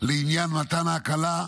לעניין מתן ההקלה,